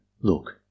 Look